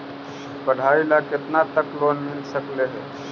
पढाई ल केतना तक लोन मिल सकले हे?